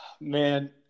Man